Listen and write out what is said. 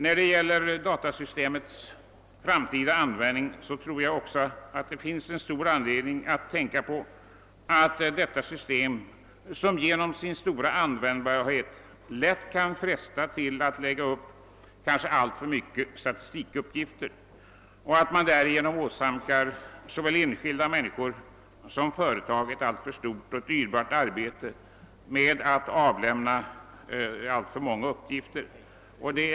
Vad beträffar datasystemets framtida användning tror jag också att det finns all anledning att tänka på att detta system, som genom sin stora användbarhet lätt kan fresta till att alltför mycket av statistikuppgifter läggs upp, därigenom kan åsamka såväl enskilda människor som företag ett alltför stort och dyrbart arbete med att avlämna uppgifter, som egentligen icke behövdes.